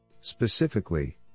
Specifically